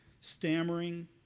stammering